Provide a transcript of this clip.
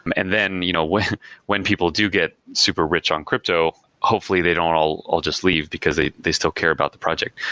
and then you know when when people do get superrich on crypto, hopefully they don't all all just leave, because they they still care about the project.